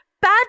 bad